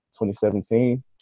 2017